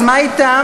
אז מה אתם?